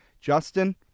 Justin